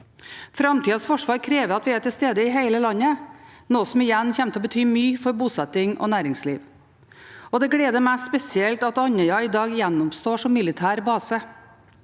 Framtidas forsvar krever at vi er til stede i hele landet, noe som igjen kommer til å bety mye for bosetting og næringsliv. Det gleder meg spesielt at Andøya i dag gjenoppstår som militær base.